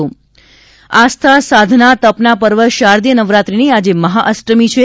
અષ્ટમી આસ્થા સાધના તપના પર્વ શારદીય નવરાત્રીની આજે મહાઅષ્ટમી છે